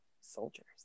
soldiers